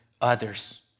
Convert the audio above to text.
others